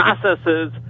processes